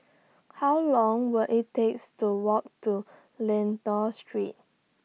How Long Will IT takes to Walk to Lentor Street